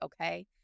okay